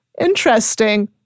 interesting